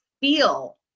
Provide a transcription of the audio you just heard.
feel